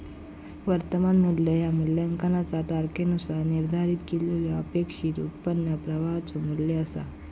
वर्तमान मू्ल्य ह्या मूल्यांकनाचा तारखेनुसार निर्धारित केलेल्यो अपेक्षित उत्पन्न प्रवाहाचो मू्ल्य असा